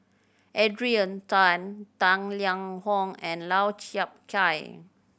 Adrian Tan Tang Liang Hong and Lau Chiap Khai